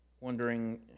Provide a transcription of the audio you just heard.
wondering